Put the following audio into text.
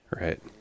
right